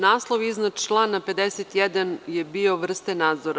Naslov iznad člana 51. je bio – vrste nadzora.